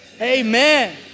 amen